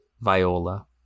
Viola